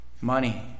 money